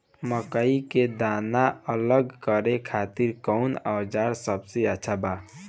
मकई के दाना अलग करे खातिर कौन औज़ार सबसे अच्छा बा?